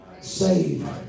save